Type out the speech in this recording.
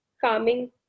calming